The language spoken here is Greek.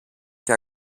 και